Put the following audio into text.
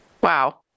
Wow